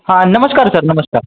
हां नमस्कार सर नमस्कार